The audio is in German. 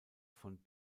von